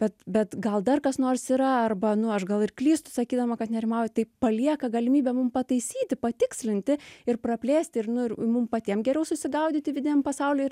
bet bet gal dar kas nors yra arba nu aš gal ir klystu sakydama kad nerimauju tai palieka galimybę mum pataisyti patikslinti ir praplėsti ir nu ir mum patiem geriau susigaudyti vidiniam pasauly ir